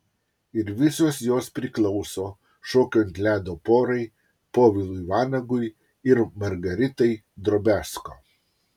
ir visos jos priklauso šokių ant ledo porai povilui vanagui ir margaritai drobiazko